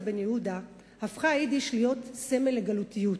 בן-יהודה הפכה היידיש להיות סמל לגלותיות.